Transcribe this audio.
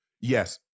yes